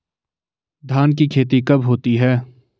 धान की खेती कब होती है?